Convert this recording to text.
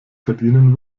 verdienen